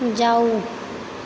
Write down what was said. जाउ